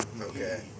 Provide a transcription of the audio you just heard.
Okay